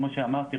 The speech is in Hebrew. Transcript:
כמו שאמרתי,